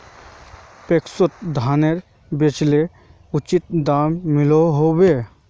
पैक्सोत धानेर बेचले उचित दाम मिलोहो होबे?